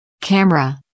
Camera